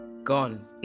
Gone